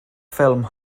ffilm